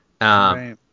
Right